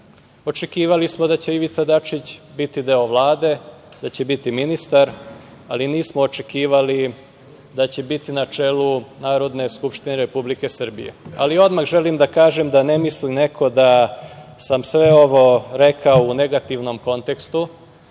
Očekivali smo da će Ivica Dačić biti deo Vlade, da će biti ministar, ali nismo očekivali da će biti na čelu Narodne skupštine RS.Odmah želim da kažem, da neko ne misli da sam sve ovo rekao u negativnom kontekstu,